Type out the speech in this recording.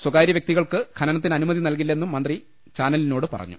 സ്വകാര്യ വ്യക്തികൾക്ക് ഖനനത്തിന് അനുമതി നൽകി ല്ലെന്നും മന്ത്രി സ്വകാര്യചാനലിനോട് പറഞ്ഞു